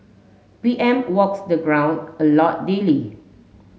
P M walks the ground a lot daily